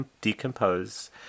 decompose